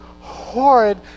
horrid